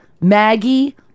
Maggie